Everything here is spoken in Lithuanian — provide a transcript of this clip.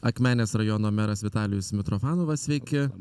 akmenės rajono meras vitalijus mitrofanovas sveiki